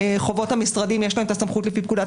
מהחובות המשרדים יש להם את הסמכות לפי פקודת